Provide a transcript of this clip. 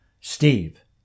Steve